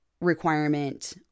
requirement